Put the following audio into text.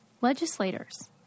legislators